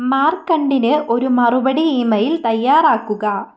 മാർകണ്ടിന് ഒരു മറുപടി ഇമെയിൽ തയ്യാറാക്കുക